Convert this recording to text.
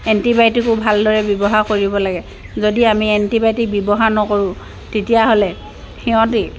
এণ্টিবায়'টিকো ভালদৰে ব্যৱহাৰ কৰিব লাগে যদি আমি এণ্টিবায়'টিক ব্যৱহাৰ নকৰোঁ তেতিয়াহ'লে সিহঁতে